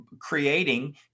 creating